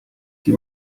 die